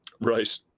right